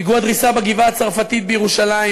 פיגוע דריסה בגבעה-הצרפתית בירושלים,